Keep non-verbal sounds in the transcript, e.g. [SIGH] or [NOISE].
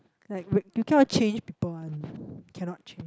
like break you cannot change people [one] [BREATH] cannot change